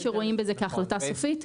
שרואים בזה כהחלטה סופית.